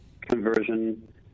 conversion